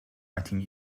writing